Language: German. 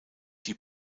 die